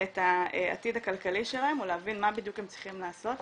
את העתיד הכלכלי שלהם או להבין מה בדיוק הם צריכים לעשות,